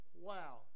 wow